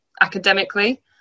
academically